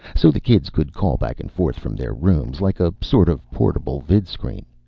so the kids could call back and forth from their rooms. like a sort of portable vidscreen.